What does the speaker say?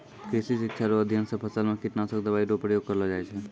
कृषि शिक्षा रो अध्ययन से फसल मे कीटनाशक दवाई रो प्रयोग करलो जाय छै